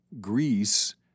Greece